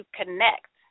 connect